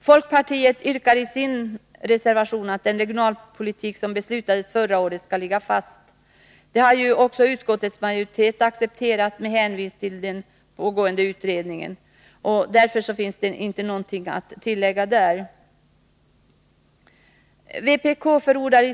Folkpartiet yrkar i reservation 3 att den regionalpolitik som beslutades förra året skall ligga fast. Detta har utskottets majoritet också accepterat med hänvisning till den pågående utredningen, och därför finns ingenting att tillägga på den punkten.